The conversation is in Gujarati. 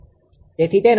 તેથી તેનો ખૂણો શૂન્ય છે